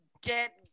get